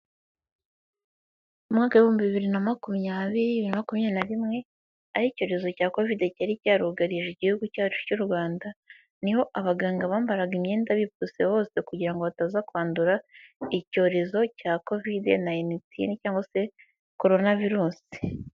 Umwaka w'ibihumbi bibiri na makumyabiri na makumyabiri na rimwe aho icyorezo cya covidi cyari cyarugarije igihugu cyacu cy'u Rwanda niho abaganga bambaraga imyenda bipfutse hose kugira ngo bataza kwandura icyorezo cya covidi nayinitini cyangwa se coronavirusi.